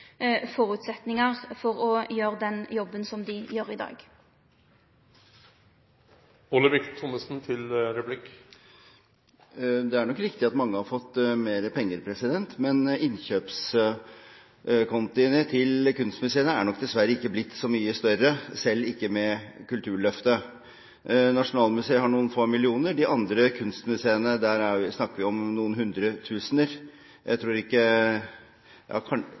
for føresetnadene til dei enkelte institusjonane for å gjere den jobben dei gjer i dag. Det er nok riktig at mange har fått mer penger, men innkjøpskontiene til kunstmuseene er dessverre ikke blitt så mye større, selv ikke med Kulturløftet. Nasjonalmuseet har noen få millioner, for de andre kunstmuseene snakker vi om noen hundretusener. Jeg